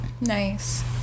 nice